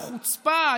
החוצפה,